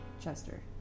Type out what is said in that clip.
Chester